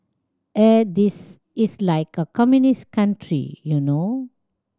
eh this is like a communist country you know